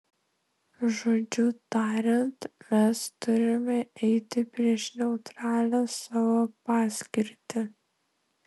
žodžiu tariant mes turime eiti prieš neutralią savo paskirtį